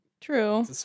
True